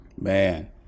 Man